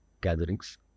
gatherings